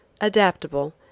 Adaptable